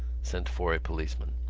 sent for a policeman.